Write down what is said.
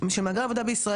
בפרט עובדי סיעוד,